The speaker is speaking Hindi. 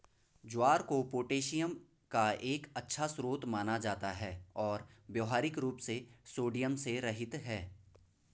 ज्वार को पोटेशियम का एक अच्छा स्रोत माना जाता है और व्यावहारिक रूप से सोडियम से रहित है